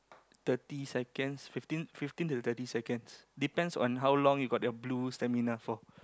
thirty seconds fifteen fifteen to thirty seconds depends on how long you got your blue stamina for